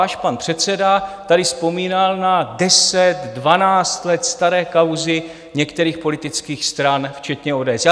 Váš pan předseda tady vzpomínal na deset, dvanáct let staré kauzy některých politických stran včetně ODS.